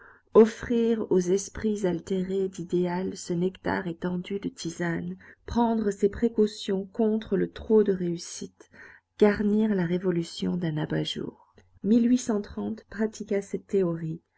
offrir aux esprits altérés d'idéal ce nectar étendu de tisane prendre ses précautions contre le trop de réussite garnir la révolution d'un abat-jour pratiqua cette théorie